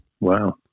Wow